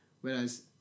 Whereas